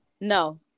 no